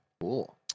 Cool